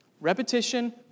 Repetition